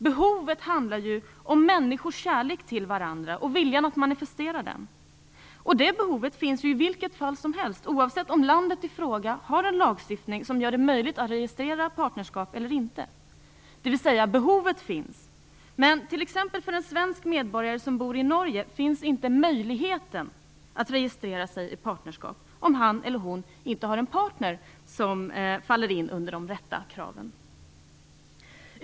Behovet - här handlar det ju om människors kärlek till varandra och om viljan att manifestera den - finns ju oavsett om landet i fråga har en lagstiftning som gör det möjligt att registrera partnerskap eller inte. Behovet finns, men för t.ex. en svensk medborgare som bor i Norge finns inte möjligheten att registrera ett partnerskap om han eller hon inte har en partner som uppfyller kraven.